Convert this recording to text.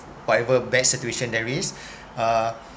whatever best situation there is uh